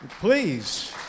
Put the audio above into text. please